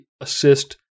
assist